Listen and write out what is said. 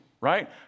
right